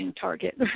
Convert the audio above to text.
target